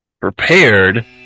prepared